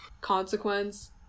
consequence